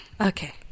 Okay